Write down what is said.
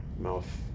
Mouth